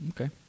Okay